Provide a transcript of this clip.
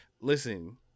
Listen